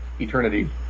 eternity